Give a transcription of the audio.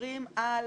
שמדברים על